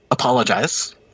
Apologize